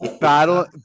Battle